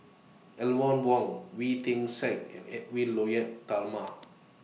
Eleanor Wong Wee Tian Siak and Edwy Lyonet Talma